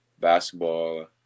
Basketball